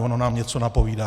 Ono nám něco napovídá.